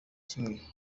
kimwe